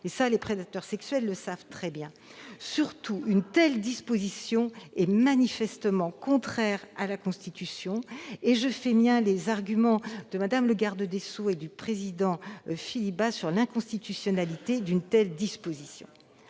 ans. Les prédateurs sexuels le savent très bien. Bien sûr ! Surtout, une telle disposition est manifestement contraire à la Constitution. Je fais miens les arguments de Mme le garde des sceaux et du président Philippe Bas sur l'inconstitutionnalité d'une telle disposition.